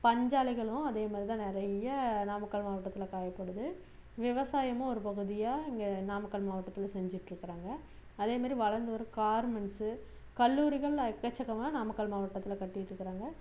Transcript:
பஞ்சாலைகளும் அதே மாதிரிதான் நிறையா நாமக்கல் மாவட்டத்தில் காணப்படுது விவசாயமும் ஒரு பகுதியாக இங்கே நாமக்கல் மாவட்டத்தில் செஞ்சுட்ருக்குறாங்க அதேமாதிரி வளர்ந்து வரும் கார்மண்ட்ஸு கல்லூரிகள் எக்கச்சக்கமாக நாமக்கல் மாவட்டத்துல கட்டிகிட்ருக்குறாங்க